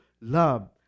love